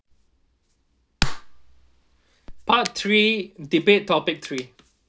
part three debate topic three